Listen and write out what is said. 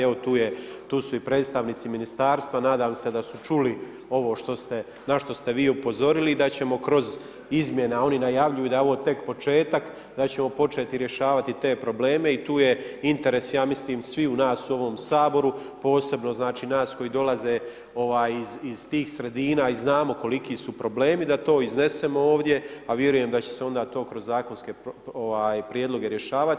Evo, tu su i predstavnici Ministarstva, nadam se da su čuli ovo na što ste vi upozorili i da ćemo kroz izmjene, oni najavljuju da je ovo tek početak, da ćemo početi rješavati te probleme i tu je interes, ja mislim, svih nas u ovom Saboru posebno znači, nas koji dolaze iz tih sredina i znamo koliki su problemi da to iznesemo ovdje, a vjerujem da će se onda to kroz zakonske prijedloge rješavati.